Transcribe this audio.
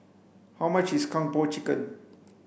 how much is Kung Po chicken